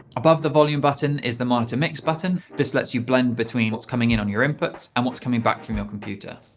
above the volume button is the monitor mix button, this lets you blend between what's coming in on your input and what's coming back from your computer.